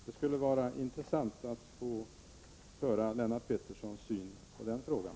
Det skulle vara intressant att höra Lennart Petterssons syn på den frågan.